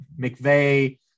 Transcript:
McVeigh